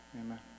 amen